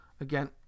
Again